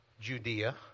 Judea